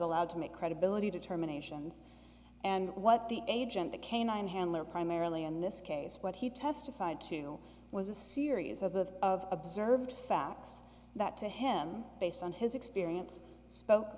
allowed to make credibility determinations and what the agent the canine handler primarily in this case what he testified to was a series of of of observed facts that to him based on his experience